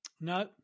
No